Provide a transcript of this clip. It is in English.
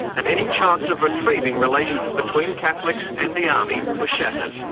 and any chance of retrieving relations between catholics and the army were shattered.